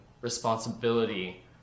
responsibility